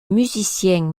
musicien